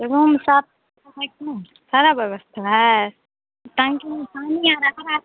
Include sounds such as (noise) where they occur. room साफ़ (unintelligible) है कि नहीं सारी व्यवस्था है टंकी में पानी और आ रहा